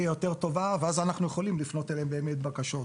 יותר טובה ואז אנחנו יכולים לפנות אליהם בבקשות.